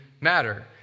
matter